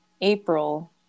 April